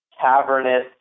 cavernous